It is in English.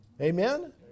Amen